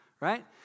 right